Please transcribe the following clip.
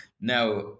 Now